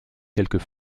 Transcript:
quelques